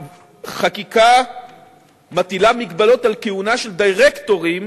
החקיקה מטילה הגבלות על כהונה של דירקטורים